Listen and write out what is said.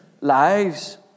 lives